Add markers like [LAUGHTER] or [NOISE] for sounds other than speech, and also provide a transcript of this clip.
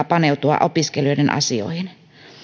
[UNINTELLIGIBLE] paneutua opiskelijoiden asioihin